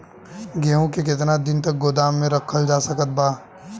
गेहूँ के केतना दिन तक गोदाम मे रखल जा सकत बा?